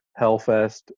Hellfest